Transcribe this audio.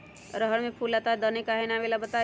रहर मे फूल आता हैं दने काहे न आबेले बताई?